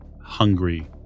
hungry